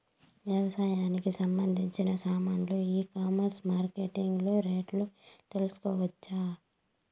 వ్యవసాయానికి సంబంధించిన సామాన్లు ఈ కామర్స్ మార్కెటింగ్ లో రేట్లు తెలుసుకోవచ్చా?